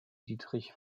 dietrich